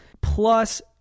plus